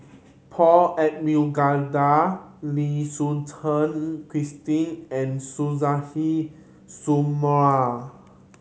Paul Abisheganaden Lim Suchen Christine and Suzairhe Sumari